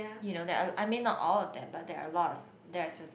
you know that I mean not all of them but there are a lot of there's a